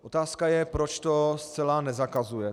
Otázka je, proč to zcela nezakazuje.